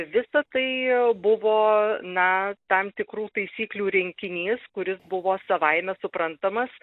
visa tai buvo na tam tikrų taisyklių rinkinys kuris buvo savaime suprantamas